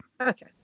okay